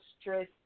stress